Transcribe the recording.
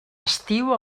estiu